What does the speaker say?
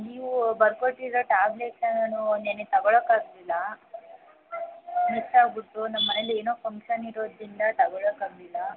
ನೀವು ಬರ್ಕೊಟ್ಟಿರೋ ಟ್ಯಾಬ್ಲೆಟ್ಸ್ನ ನಾನು ನಿನ್ನೆ ತಗೊಳೋಕ್ಕೆ ಆಗಲಿಲ್ಲ ಮಿಸ್ ಆಗ್ಬಿಡ್ತು ನಮ್ಮ ಮನೇಲ್ಲಿ ಏನೋ ಫಂಕ್ಷನ್ ಇರೋದರಿಂದ ತಗೊಳೋಕ್ಕೆ ಆಗಲಿಲ್ಲ